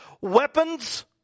weapons